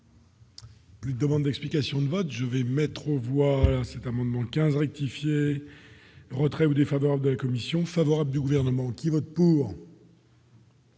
Les demandes d'explications de vote, je vais mettre aux voix, c'est un moment 15 rectifier retrait ou défavorables de la commission favorable du gouvernement qui vote pour.